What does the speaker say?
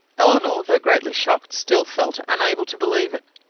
elinor, though greatly shocked, still felt unable to believe it.